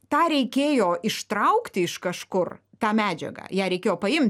tą reikėjo ištraukti iš kažkur tą medžiagą ją reikėjo paim